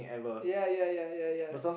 ya ya ya ya ya